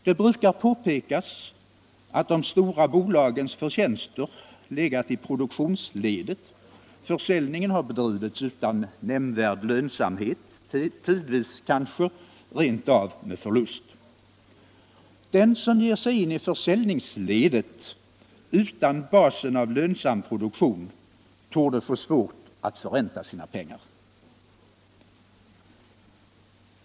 Det brukar påpekas att de stora bolagens förtjänster har legat i produktionsledet; försäljningen har bedrivits utan nämnvärd lönsamhet, tidvis kanske rent av med förlust. Den som ger sig in i försäljningsledet utan en bas av lönsam produktion torde få svårt att förränta sina pengar.